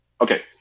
okay